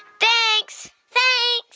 thanks thanks.